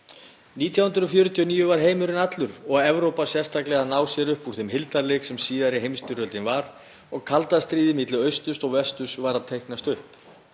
1949 var heimurinn allur, og Evrópa sérstaklega, að ná sér upp úr þeim hildarleik sem síðari heimsstyrjöldin var og kalda stríðið milli austurs og vesturs var að teiknast